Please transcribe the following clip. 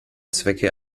zwecke